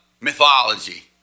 Mythology